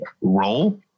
role